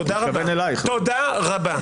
תודה רבה.